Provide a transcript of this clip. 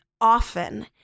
often